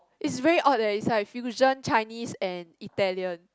is very odd eh it's like fusion Chinese and Italian